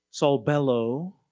saul bellow,